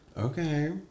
okay